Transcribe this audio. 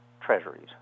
treasuries